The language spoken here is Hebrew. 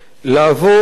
ולעבור,